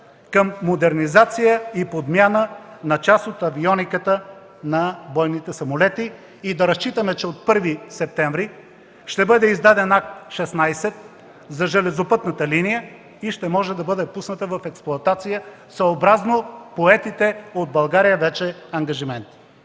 към модернизация и подмяна на част от авиониката на бойните самолети и да разчитаме, че от 1 септември ще бъде издаден Акт 16 за железопътната линия и ще бъде пусната в експлоатация съобразно поетите вече от България ангажименти.